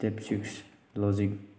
step six logic